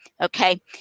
Okay